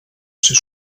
ser